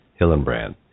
Hillenbrand